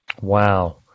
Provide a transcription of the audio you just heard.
Wow